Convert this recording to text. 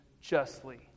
justly